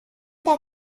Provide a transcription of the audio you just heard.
der